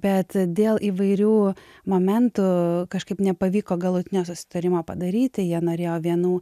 bet dėl įvairių momentų kažkaip nepavyko galutinio susitarimo padaryti jie norėjo vienų